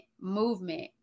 movement